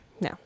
No